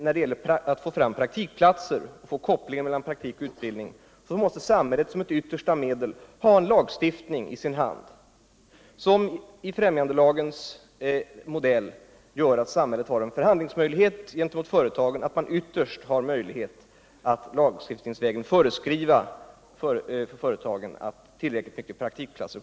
När det gäller att få fram praktikplatser, när det gäller kopplingen mellan praktik och utbildning, måste samhället som ett yttersta medel ha cn lagstiftning, som enligt främjandelagens modell ger samhället förhandlingsmöjligheter gentemot företagen. Man måste ytterst ha möjlighet att i lag föreskriva att företagen har skyldighet att ta fram tillräckligt antal praktikplatser.